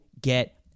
get